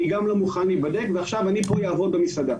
הוא גם לא מוכן להיבדק ועכשיו הוא יעבוד במסעדה.